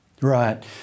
Right